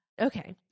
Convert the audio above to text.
Okay